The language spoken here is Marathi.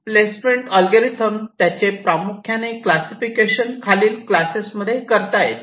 प्लेसमेंट ऍलगोरिदम त्याचे प्रामुख्याने क्लासिफिकेशन खालील क्लासेस मध्ये करता येते